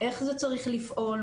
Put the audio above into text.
איך זה צריך לפעול,